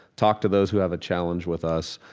talk to those who have a challenge with us,